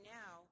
now